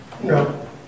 No